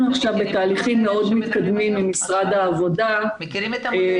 אנחנו עכשיו בתהליכים מאוד מתקדמים עם משרד העבודה לעשות